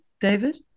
david